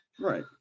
right